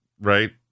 right